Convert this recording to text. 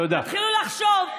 תתחילו לחשוב.